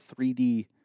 3D